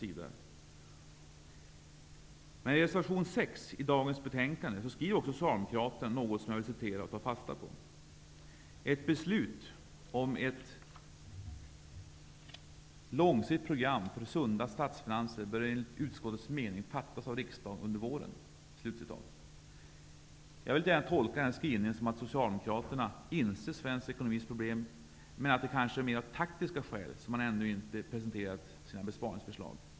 I reservation 6 i dagens betänkande skriver socialdemokraterna något som jag vill citera och ta fasta på: ''Ett beslut om ett långsiktigt program för sunda statsfinanser bör enligt utskottets mening fattas av riksdagen under våren''. Jag tolkar denna skrivning som att socialdemokraterna inser svensk ekonomis problem men att man av taktiska skäl ännu inte presenterat sina besparingsförslag.